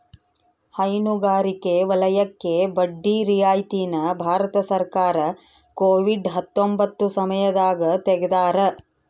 ಹೈನುಗಾರಿಕೆ ವಲಯಕ್ಕೆ ಬಡ್ಡಿ ರಿಯಾಯಿತಿ ನ ಭಾರತ ಸರ್ಕಾರ ಕೋವಿಡ್ ಹತ್ತೊಂಬತ್ತ ಸಮಯದಾಗ ತೆಗ್ದಾರ